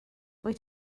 wyt